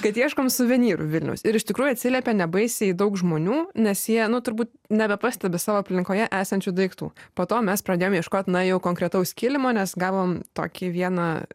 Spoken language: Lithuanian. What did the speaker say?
kad ieškom suvenyrų vilniaus ir iš tikrųjų atsiliepė nebaisiai daug žmonių nes jie nu turbūt nebepastebi savo aplinkoje esančių daiktų po to mes pradėjom ieškot na jau konkretaus kilimo nes gavom tokį vieną